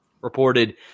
reported